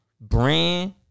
brand